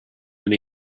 and